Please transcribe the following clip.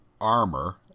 armor